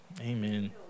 Amen